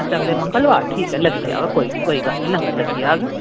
अच्छा अगले मंगलवार कोई निं नंबर लग्गी जाह्ग